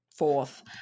fourth